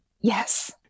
Yes